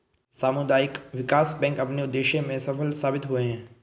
सामुदायिक विकास बैंक अपने उद्देश्य में सफल साबित हुए हैं